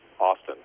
Austin